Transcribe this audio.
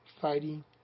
fighting